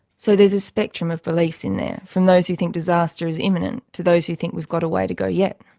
so there's a spectrum of beliefs in there, from those who think disaster is imminent to those who think we've got a way to go yet.